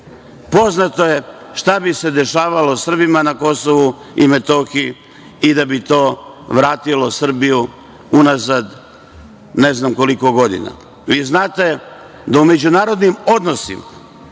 Poznato je šta bi se dešavalo Srbima na KiM i da bi to vratilo Srbiju unazad, ne znam koliko godina. Vi znate da u međunarodnim odnosima